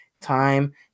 time